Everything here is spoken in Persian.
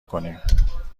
کنیم